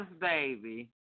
baby